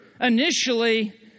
initially